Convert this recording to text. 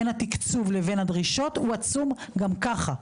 בין התקצוב ובין הדרישות הוא עצום גם ככה.